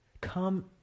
Come